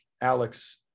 Alex